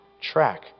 track